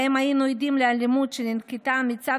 שבהם היינו עדים לאלימות שננקטה על ידי